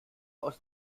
aus